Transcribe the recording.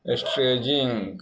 stretching